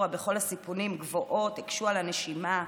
בכל הסיפונים גבוהות והקשו על הנשימה.